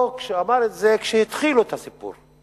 או שהוא אמר את זה כשהתחילו את הסיפור?